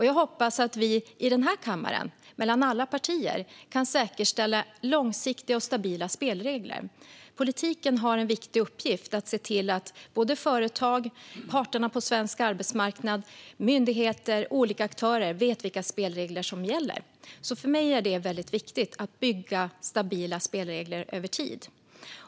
Jag hoppas att vi i den här kammaren mellan alla partier kan säkerställa långsiktiga och stabila spelregler. Politiken har en viktig uppgift att se till att företag, parterna på svensk arbetsmarknad, myndigheter och olika aktörer vet vilka spelregler som gäller. För mig är det väldigt viktigt att bygga stabila spelregler över tid.